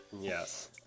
Yes